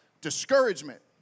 discouragement